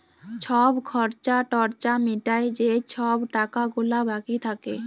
ছব খর্চা টর্চা মিটায় যে ছব টাকা গুলা বাকি থ্যাকে